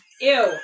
Ew